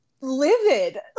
Livid